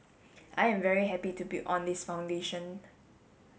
I am very happy to build on this foundation